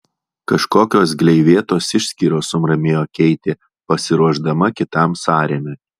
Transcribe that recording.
kažkokios gleivėtos išskyros sumurmėjo keitė pasiruošdama kitam sąrėmiui